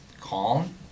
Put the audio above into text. calm